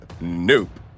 Nope